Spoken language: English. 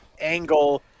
angle